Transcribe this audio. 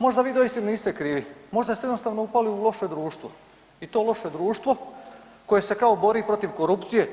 Možda vi doista niste krivi, možda ste jednostavno upali u loše društvo i to loše društvo koje se kao bori protiv korupcije.